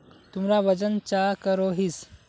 तुमरा वजन चाँ करोहिस?